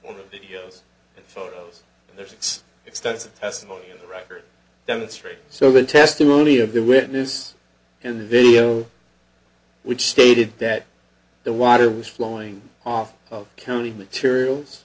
the videos and photos and their six extensive testimony in the record demonstrate so the testimony of the witness in the video which stated that the water was flowing off of county materials